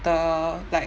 better like